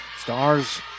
Stars